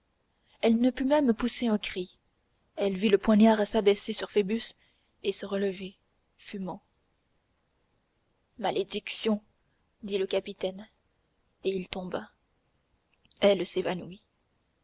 elle ne put même pousser un cri elle vit le poignard s'abaisser sur phoebus et se relever fumant malédiction dit le capitaine et il tomba elle s'évanouit